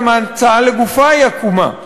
גם ההצעה לגופה היא עקומה,